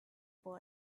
boy